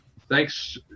thanks